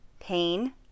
pain